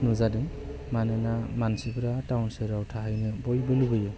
नुजादों मानोना मानसिफ्रा टाउन सहराव थाहैनो बयबो लुगैयो